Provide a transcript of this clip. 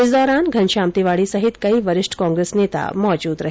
इस दौरान घनश्याम तिवाड़ी समेत कई वरिष्ठ कांग्रेस नेता मौजूद रहे